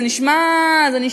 זה נשמע מעט,